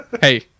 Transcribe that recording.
Hey